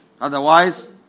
Otherwise